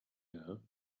air